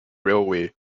railway